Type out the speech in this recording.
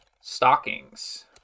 stockings